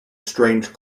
strange